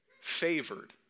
Favored